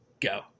go